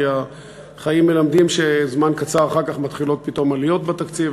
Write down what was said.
כי החיים מלמדים שזמן קצר אחר כך מתחילות פתאום עליות בתקציב,